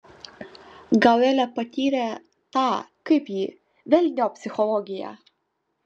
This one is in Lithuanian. gal elė patyrė tą kaip jį velniop psichologiją